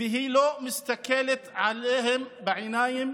והיא לא מסתכלת עליהם בעיניים